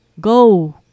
Go